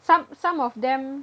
some some of them